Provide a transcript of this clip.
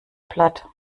platt